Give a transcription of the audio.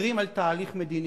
שירים על תהליך מדיני,